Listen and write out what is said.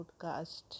podcast